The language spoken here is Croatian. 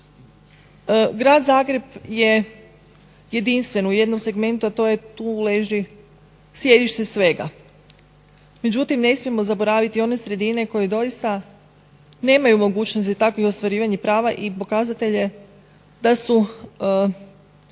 Grad Zagreb je jedinstven u jednom segmentu, a to je tu leži sjedište svega. Međutim ne smijemo zaboraviti one sredine koje doista nemaju mogućnosti takvih ostvarivanja prava i pokazatelje da su